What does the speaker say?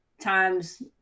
times